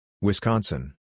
Wisconsin